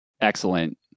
excellent